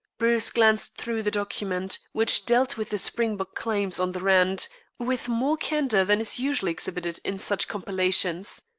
bruce glanced through the document, which dealt with the springbok claims on the rand with more candor than is usually exhibited in such compilations.